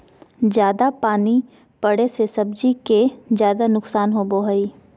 जयादा पानी पड़े से सब्जी के ज्यादा नुकसान होबो हइ